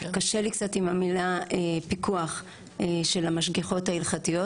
קשה לי קצת עם המילה פיקוח, של המשגיחות ההלכתיות.